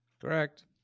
Correct